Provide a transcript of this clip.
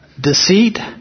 deceit